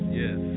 yes